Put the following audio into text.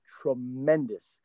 tremendous